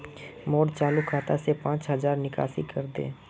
मोर चालु खाता से पांच हज़ारर निकासी करे दे